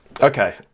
Okay